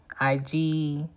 IG